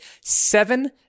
seven